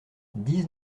dix